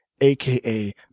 aka